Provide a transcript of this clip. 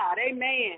Amen